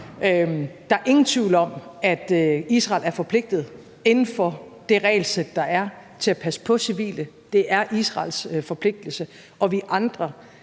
Der er ingen tvivl om, at Israel er forpligtet inden for det regelsæt, der er, til at passe på civile. Det er Israels forpligtelse. Og vi andre